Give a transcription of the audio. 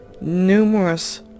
numerous